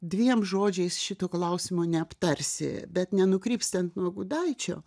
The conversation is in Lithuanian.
dviem žodžiais šito klausimo neaptarsi bet nenukrypstant nuo gudaičio